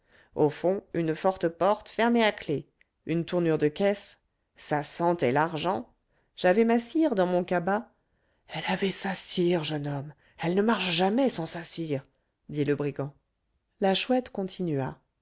au fond une forte porte fermée à clef une tournure de caisse ça sentait l'argent j'avais ma cire dans mon cabas elle avait sa cire jeune homme elle ne marche jamais sans sa cire dit le brigand la chouette continua